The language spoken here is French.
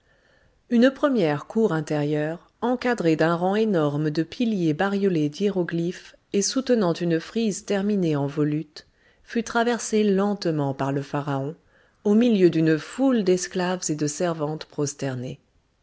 une première cour intérieure encadrée d'un rang d'énormes piliers bariolés d'hiéroglyphes et soutenant une frise terminée en volute fut traversée lentement par le pharaon au milieu d'une foule d'esclaves et de servantes prosternés